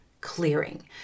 clearing